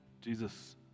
Jesus